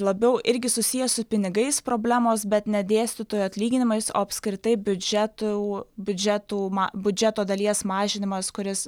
labiau irgi susiję su pinigais problemos bet ne dėstytojų atlyginimais o apskritai biudžetų biudžetų ma biudžeto dalies mažinimas kuris